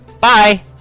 Bye